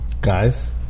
guys